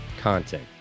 Content